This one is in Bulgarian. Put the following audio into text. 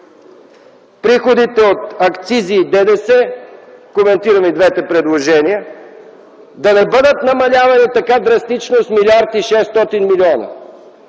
приходите от акцизи и ДДС – коментирам и двете предложения, да не бъдат намалявани така драстично с 1 млрд.